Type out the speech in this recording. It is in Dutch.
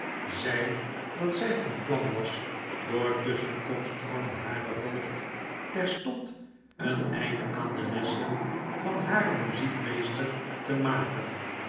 zij dat zij van plan was door tusschenkomst van haren voogd terstond een einde aan de lessen van haren muziekmeesster te maken